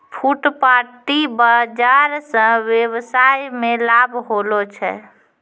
फुटपाटी बाजार स वेवसाय मे लाभ होलो छै